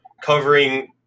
covering